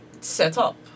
setup